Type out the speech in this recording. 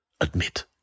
Admit